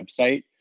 website